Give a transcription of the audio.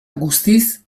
guztiz